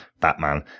Batman